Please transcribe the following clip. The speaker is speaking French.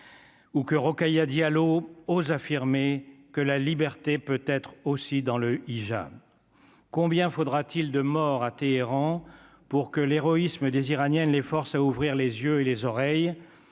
ou que Rokhaya Diallo ose affirmer que la liberté peut être aussi dans le hijab combien faudra-t-il de morts à Téhéran pour que l'héroïsme des Iraniennes les forces à ouvrir les yeux et les oreilles